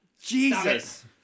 Jesus